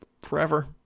forever